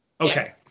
okay